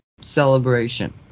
celebration